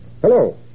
Hello